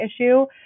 issue